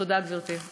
תודה, גברתי.